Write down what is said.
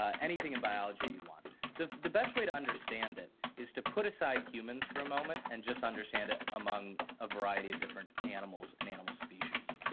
ah anything in biology you want. the the best way to understand that is to put aside humans for a moment and just understand ah among a variety of different animals, an animal species.